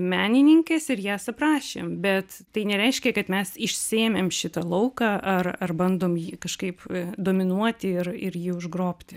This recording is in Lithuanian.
menininkes ir jas aprašėm bet tai nereiškia kad mes išsiėmėm šitą lauką ar ar bandom jį kažkaip dominuoti ir ir jį užgrobti